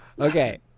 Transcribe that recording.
Okay